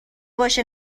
باشه